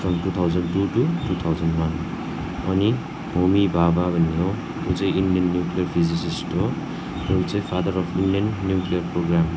from two thousand two to two thousand one अनि होमी भाबा भन्ने हो ऊ चाहिँ इन्डियन् न्युक्लियर फिजिसिस्ट हो ऊ चाहिँ father of Indian nuclear programme हो